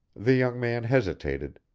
the young man hesitated,